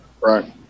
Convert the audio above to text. right